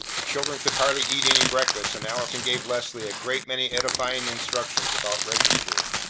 the children could hardly eat any breakfast, and allison gave leslie a great many edifying instructions about registering.